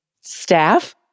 staff